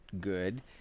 good